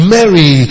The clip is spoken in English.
Mary